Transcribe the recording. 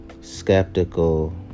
skeptical